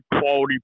quality